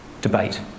debate